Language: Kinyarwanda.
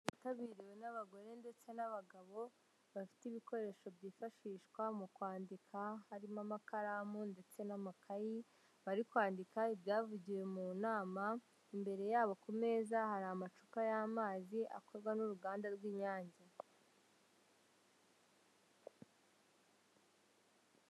Yitabitabiriwe n'abagore ndetse n'abagabo bafite ibikoresho byifashishwa mu kwandika harimo amakaramu ndetse n'amakayi, bari kwandika ibyavugiwe mu nama imbere yabo ku meza hari amacupa y'amazi akorwa n'uruganda rw'inyange.